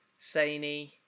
Saini